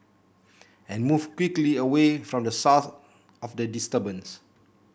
and move quickly away from the source of the disturbance